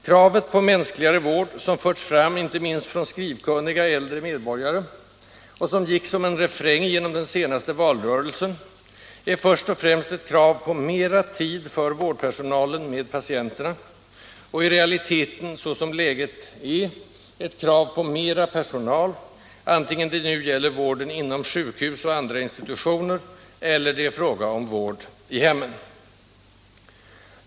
Kravet på mänskligare vård, som förts fram inte minst från skrivkunniga äldre människor, och som gick som en refräng genom den senaste valrörelsen, är först och främst ett krav på mer tid för vårdpersonalen med patienterna, och i realiteten — så som läget är — ett krav på mera personal, antingen det nu gäller vården inom sjukhus och andra institutioner eller det är fråga om vård i hemmen.